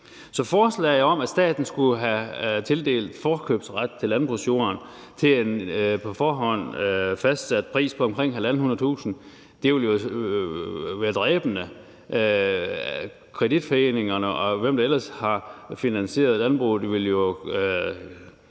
Så forslaget om, at staten skulle have tildelt forkøbsret til landbrugsjorden til en på forhånd fastsat pris på omkring 150.000 kr. ville være dræbende. Kreditforeningerne, og hvem der ellers har finansieret landbruget, ville jo